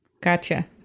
gotcha